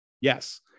yes